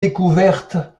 découverte